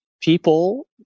people